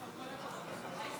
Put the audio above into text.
חברי הכנסת,